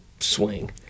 swing